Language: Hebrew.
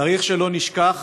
צריך שלא נשכח,